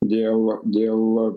dėl dėl